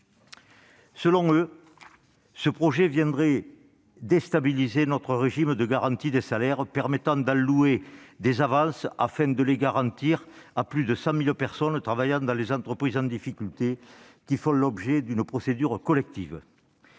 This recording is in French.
Selon eux, ce projet viendrait déstabiliser notre régime de garantie des salaires, lequel permet d'allouer des avances à plus de 100 000 personnes qui travaillent dans des entreprises en difficulté faisant l'objet d'une procédure collective.